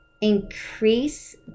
increase